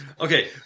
okay